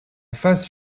phase